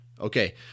Okay